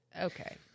Okay